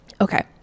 Okay